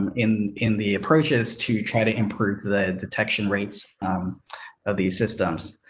in in the approaches to try to improve the detection rates of the systems.